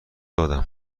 دادم